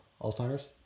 Alzheimer's